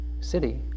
city